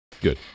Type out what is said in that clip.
Good